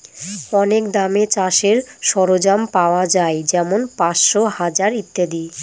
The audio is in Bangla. অনেক দামে চাষের সরঞ্জাম পাওয়া যাই যেমন পাঁচশো, হাজার ইত্যাদি